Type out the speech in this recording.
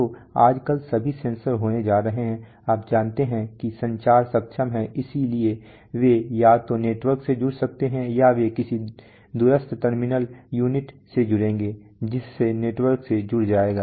तो आजकल सभी सेंसर होने जा रहे हैं आप जानते हैं कि संचार सक्षम है इसलिए वे या तो नेटवर्क से जुड़ सकते हैं या वे किसी दूरस्थ टर्मिनल यूनिट से जुड़ेंगे जिससे नेटवर्क से जुड़ जाएगा